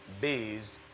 based